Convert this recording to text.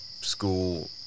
school